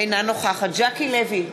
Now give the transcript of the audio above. אינה נוכחת ז'קי לוי,